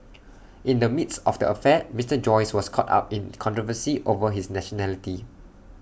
in the midst of the affair Mister Joyce was caught up in controversy over his nationality